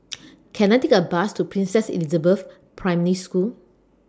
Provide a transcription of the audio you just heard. Can I Take A Bus to Princess Elizabeth Primary School